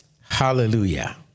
Hallelujah